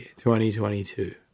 2022